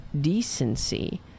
decency